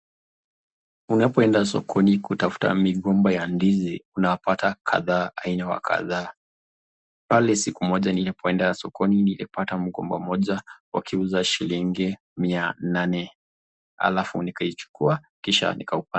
Unapoenda sokoni kutafuta migomba ya ndizi, unawapata kadhaa aina wa kadhaa, pale siku moja nilipoenda sokoni, nilipata mgomba moja wakiuza shilingi mia nane halafu nikaichukua kisha nikaupanda.